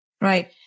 Right